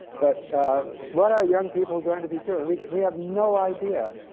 but what are young people going to be doing? we we have no idea.